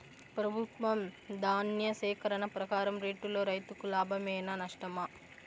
ప్రభుత్వం ధాన్య సేకరణ ప్రకారం రేటులో రైతుకు లాభమేనా నష్టమా?